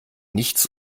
nichts